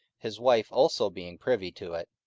his wife also being privy to it,